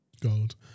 Gold